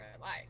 life